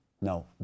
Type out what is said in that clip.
No